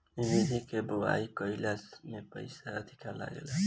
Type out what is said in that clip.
ए विधि के बोआई कईला में पईसा अधिका लागेला